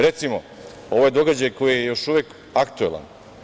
Recimo, ovo je događaj koji je još uvek aktuelan.